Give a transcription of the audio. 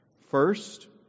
First